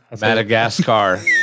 Madagascar